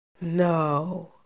No